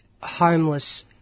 homeless